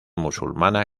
musulmana